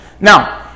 Now